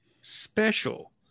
special